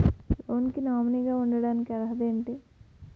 Loan కి nominee గా ఉండటానికి అర్హత ఏమిటి?